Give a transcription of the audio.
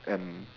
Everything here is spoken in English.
and